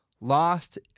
lost